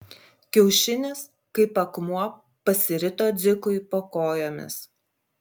kiaušinis kaip akmuo pasirito dzikui po kojomis